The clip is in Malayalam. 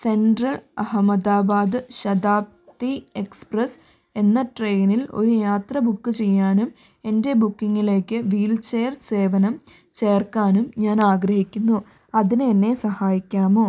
സെൻട്രൽ അഹമ്മദാബാദ് ശതാബ്ദി എക്സ്പ്രസ്സ് എന്ന ട്രെയിനിൽ ഒരു യാത്ര ബുക്ക് ചെയ്യാനും എൻ്റെ ബുക്കിംഗിലേക്ക് വീൽചെയർ സേവനം ചേർക്കാനും ഞാനാഗ്രഹിക്കുന്നു അതിന് എന്നെ സഹായിക്കാമോ